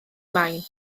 main